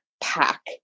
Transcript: pack